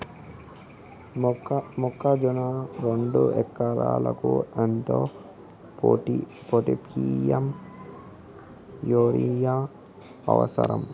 మొక్కజొన్న రెండు ఎకరాలకు ఎంత పొటాషియం యూరియా అవసరం?